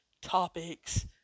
topics